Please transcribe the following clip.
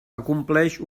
acompleix